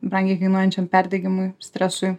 brangiai kainuojančiam perdegimui stresui